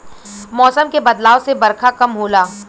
मौसम के बदलाव से बरखा कम होला